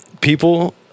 people